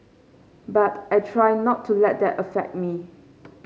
but I try not to let that affect me